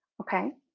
okay